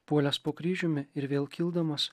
puolęs po kryžiumi ir vėl kildamas